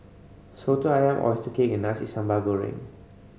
Soto Ayam oyster cake and Nasi Sambal Goreng